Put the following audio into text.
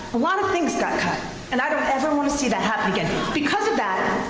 a lot of things got cut and i don't ever want to see that happen again. because of that,